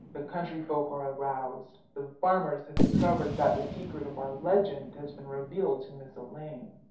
the country folk are aroused the farmers have discovered that the secret of our legend has been revealed to miss elaine.